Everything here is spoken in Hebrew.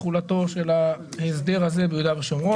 תחולתו של ההסדר הזה ביהודה ושומרון.